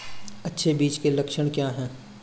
अच्छे बीज के लक्षण क्या हैं?